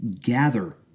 gather